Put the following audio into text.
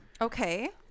okay